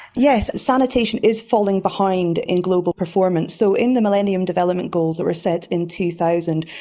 yes, sanitation is falling behind in global performance. so in the millennium development goals that were set in two thousand,